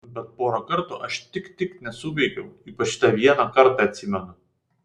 bet porą kartų aš tik tik nesuveikiau ypač tą vieną kartą atsimenu